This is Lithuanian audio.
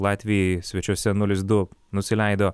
latvijai svečiuose nulis du nusileido